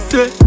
Say